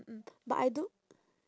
mm but I don't